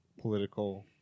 political